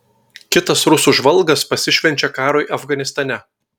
kitas rusų žvalgas pasišvenčia karui afganistane